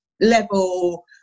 level